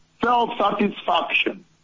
self-satisfaction